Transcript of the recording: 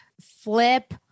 flip